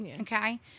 okay